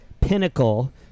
pinnacle